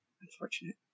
unfortunate